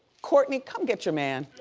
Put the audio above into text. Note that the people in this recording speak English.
kourtney, come get your man,